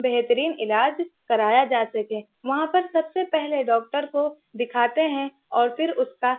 بہترین علاج کرایا جا سکے وہاں پر سب سے پہلے ڈاکٹر کو دکھاتے ہیں اور پھر اس کا